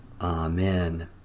Amen